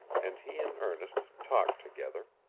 and he and ernest talked together.